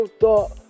thought